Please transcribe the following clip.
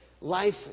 life